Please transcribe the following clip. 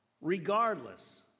regardless